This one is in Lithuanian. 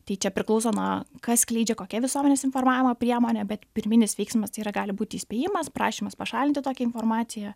tai čia priklauso na kas skleidžia kokia visuomenės informavimo priemonė bet pirminis veiksmas tai yra gali būti įspėjimas prašymas pašalinti tokią informaciją